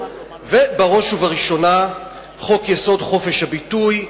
ובראש ובראשונה חוק-יסוד: חופש הביטוי,